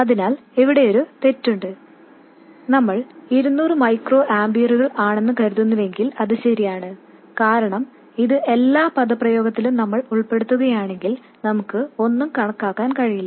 അതിനാൽ ഇവിടെയൊരു തെറ്റുണ്ട് നമ്മൾ 200 മൈക്രോ ആമ്പിയറുകൾ ആണെന്ന് കരുതുന്നുവെങ്കിൽ അത് ശരിയാണ് കാരണം ഇത് എല്ലാ പദപ്രയോഗത്തിലും നമ്മൾ ഉൾപ്പെടുത്തുകയാണെങ്കിൽ നമുക്ക് ഒന്നും കണക്കാക്കാൻ കഴിയില്ല